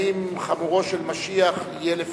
האם חמורו של משיח יהיה לפניה?